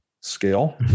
Scale